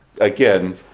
again